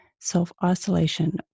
self-isolation